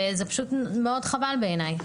וזה פשוט מאוד חבל בעיניי.